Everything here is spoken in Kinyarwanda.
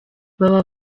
baba